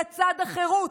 לצד החירות.